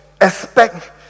expect